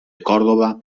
còrdova